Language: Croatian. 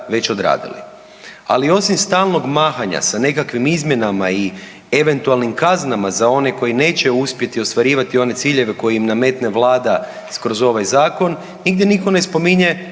već odradili. Ali osim stalnog mahanja sa nekakvim izmjenama i eventualnim kaznama za one koji neće uspjeti ostvarivati one ciljeve koje im nametne Vlada kroz ovaj zakon nigdje nitko ne spominje